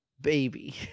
Baby